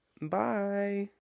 bye